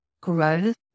growth